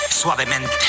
Suavemente